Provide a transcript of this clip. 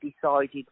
decided